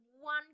one